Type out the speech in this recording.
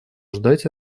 ждать